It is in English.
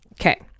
Okay